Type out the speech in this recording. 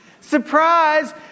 Surprise